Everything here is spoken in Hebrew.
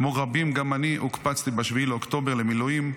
כמו רבים, גם אני הוקפצתי ב-7 באוקטובר למילואים.